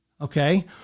okay